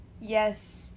Yes